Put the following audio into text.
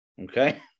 Okay